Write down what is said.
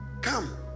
Come